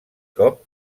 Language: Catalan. cop